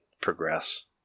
progress